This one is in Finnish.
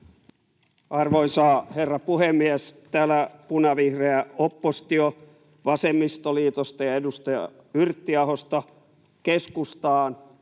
Arvoisa herra puhemies! Täällä punavihreä oppositio vasemmistoliitosta ja edustaja Yrttiahosta keskustaan